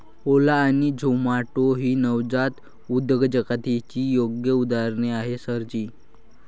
ओला आणि झोमाटो ही नवजात उद्योजकतेची योग्य उदाहरणे आहेत सर जी